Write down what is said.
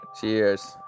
Cheers